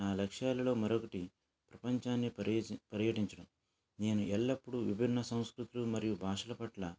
నా లక్ష్యాలలో మరొకటి ప్రపంచాన్ని పర్యటించడం నేను ఎల్లప్పుడూ విభిన్న సంస్కృతులు మరియు భాషల పట్ల